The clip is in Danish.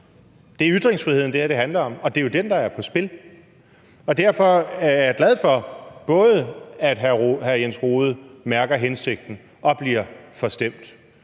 Det er ytringsfriheden, det her handler om, og det er jo den, der er på spil. Derfor er jeg glad for, at hr. Jens Rohde mærker hensigten og bliver forstemt.